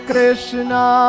Krishna